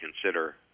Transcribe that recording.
consider